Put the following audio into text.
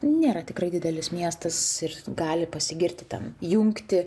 nėra tikrai didelis miestas ir gali pasigirti ten jungti